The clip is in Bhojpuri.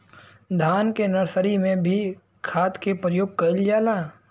धान के नर्सरी में भी खाद के प्रयोग कइल जाला?